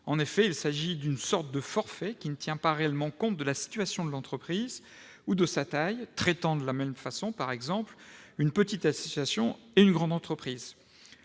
En effet, il s'agit d'une sorte de forfait, qui ne tient pas réellement compte de la situation de l'entreprise ou de sa taille, traitant de la même façon par exemple une petite association et une grande entreprise.